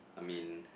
I mean